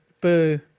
Boo